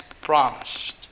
promised